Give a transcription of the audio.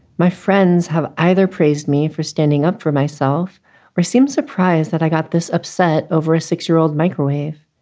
my friends have either praised me for standing up for myself or seemed surprised that i got this upset over a six year old microwave.